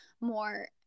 more